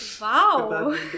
Wow